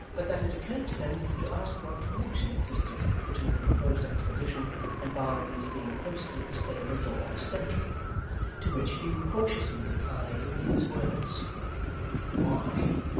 but that it occurred to him to ask what connection existed between the proposed expedition and barnaby's being posted at the stable-door as sentry to which hugh cautiously replied in these words why,